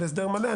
של הסדר מלא,